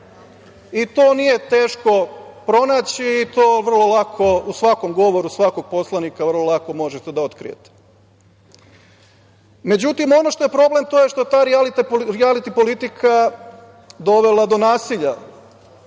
To nije teško pronaći i to vrlo lako u svakom govoru svakog poslanika vrlo lako možete da otkrijete.Međutim, ono što je problem, to je što je ta rijaliti politika dovela do nasilja,